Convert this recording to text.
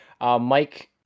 Mike